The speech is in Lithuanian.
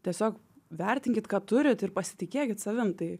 tiesiog vertinkit ką turit ir pasitikėkit savim tai